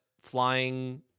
flying